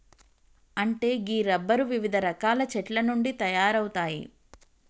అంటే గీ రబ్బరు వివిధ రకాల చెట్ల నుండి తయారవుతాయి